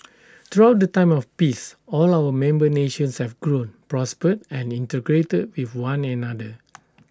throughout the time of peace all our member nations have grown prospered and integrated with one another